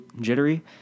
jittery